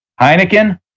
Heineken